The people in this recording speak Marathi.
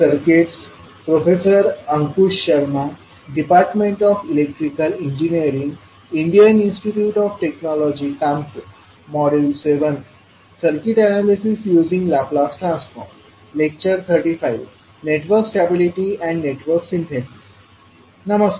नमस्कार